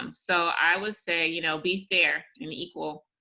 um so i would say you know be fair and equal,